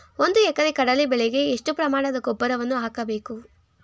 ಒಂದು ಎಕರೆ ಕಡಲೆ ಬೆಳೆಗೆ ಎಷ್ಟು ಪ್ರಮಾಣದ ಗೊಬ್ಬರವನ್ನು ಹಾಕಬೇಕು?